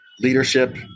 leadership